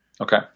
Okay